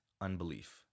unbelief